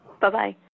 Bye-bye